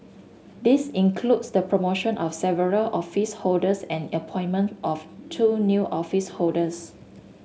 this includes the promotion of several office holders and the appointment of two new office holders